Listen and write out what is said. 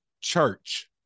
church